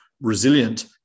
resilient